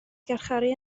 garcharu